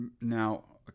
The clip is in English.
now